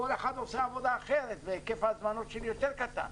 כל אחד עושה עבודה אחרת והיקף ההזמנות שלי יותר קטן.